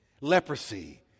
Leprosy